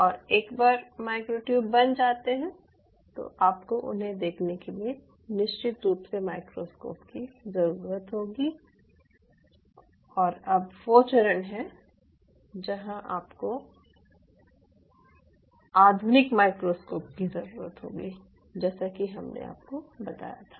और एक बार मायोट्यूब बन जाते हैं तो आपको उन्हें देखने के लिए निश्चित रूप से माइक्रोस्कोप की जरूरत होगी और अब वो चरण है जहाँ आपको आधुनिक माइक्रोस्कोप की जरूरत होगी जैसा कि हमने आपको बताया था